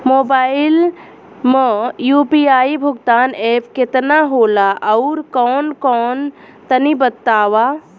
Mobile म UPI भुगतान app केतना होला आउरकौन कौन तनि बतावा?